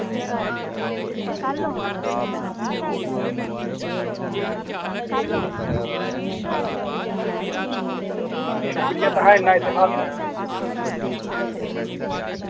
अच्छा चलो शुक्रिया तुसैं इन्ना इतिहास सनाया असें